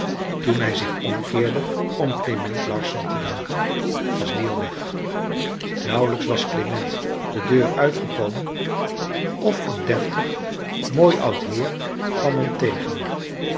toen hij zich omkeerde om klement larsson te danken was die al weg nauwelijks was klement de deur uitgekomen of een deftig mooi oud heer kwam hem tegen